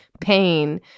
pain